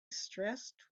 stressed